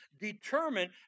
determined